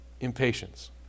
Impatience